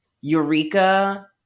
Eureka